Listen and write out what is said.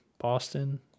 Boston